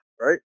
right